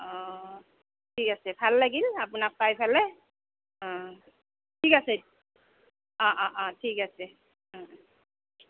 অ ঠিক আছে ভাল লাগিল আপোনাক পাই পেলাই অ ঠিক আছে অ অ অ ঠিক আছে অ